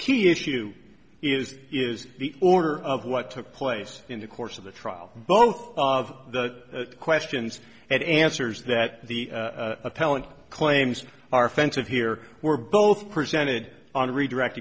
key issue is is the order of what took place in the course of the trial both of the questions and answers that the appellant claims are offensive here were both presented on redirect